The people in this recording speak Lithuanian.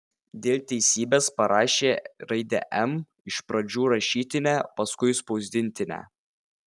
dėl teisybės parašė raidę m iš pradžių rašytinę paskui spausdintinę